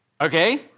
Okay